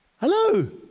Hello